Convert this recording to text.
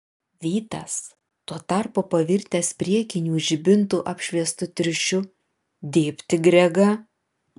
vytas tuo tarpu pavirtęs priekinių žibintų apšviestu triušiu dėbt į gregą